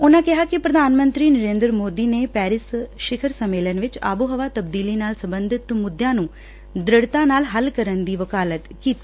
ਉਨੂਾਂ ਕਿਹਾ ਕਿ ਪ੍ਰਧਾਨ ਮੰਤਰੀ ਨਰੇਂਦਰ ਮੋਦੀ ਨੇ ਪੈਰਿਸ ਸ਼ਿਖਰ ਸਮੇਲਨ ਵਿਚ ਆਬੋ ਹਵਾ ਤਬਦੀਲੀ ਨਾਲ ਸਬੰਧਿਤ ਮੁੱਦਿਆਂ ਨੂੰ ਦ੍ਰਿੜਤਾ ਨਾਲ ਹੱਲ ਕਰਨ ਦੀ ਵਕਾਲਤ ਕੀਤੀ